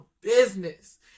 business